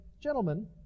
Gentlemen